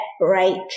break